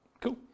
Cool